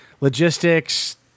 logistics